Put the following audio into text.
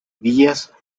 villas